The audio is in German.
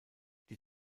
die